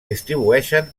distribueixen